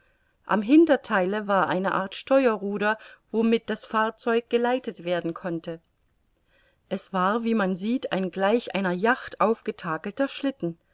am hintertheile war eine art steuerruder womit das fahrzeug geleitet werden konnte es war wie man sieht ein gleich einer yacht aufgetakelter schlitten